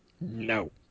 No